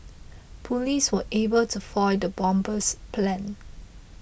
police were able to foil the bomber's plans